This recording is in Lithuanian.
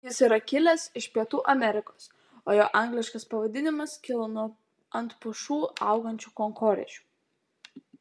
jis yra kilęs iš pietų amerikos o jo angliškas pavadinimas kilo nuo ant pušų augančių kankorėžių